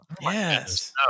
Yes